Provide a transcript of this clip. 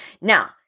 Now